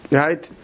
right